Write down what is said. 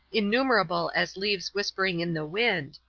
innumerable as leaves whispering in the wind,